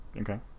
Okay